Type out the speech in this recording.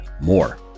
more